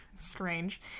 strange